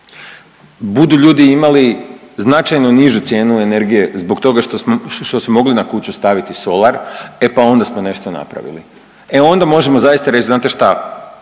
budu ljudi imali značajno nižu cijenu energije zbog toga što su mogli na kuću staviti solar, e pa onda smo nešto napravili. E onda možemo zaista reći znate šta,